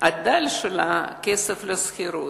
הדל שלה כסף לשכירות.